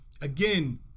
again